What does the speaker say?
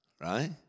right